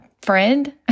friend